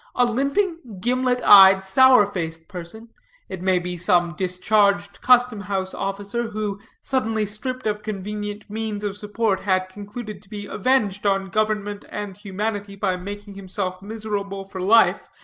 a limping, gimlet-eyed, sour-faced person it may be some discharged custom-house officer, who, suddenly stripped of convenient means of support, had concluded to be avenged on government and humanity by making himself miserable for life,